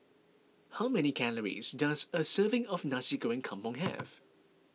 how many calories does a serving of Nasi Goreng Kampung have